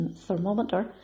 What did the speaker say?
thermometer